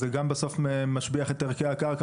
שבסוף זה משביח את ערכי הקרקע.